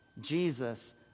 Jesus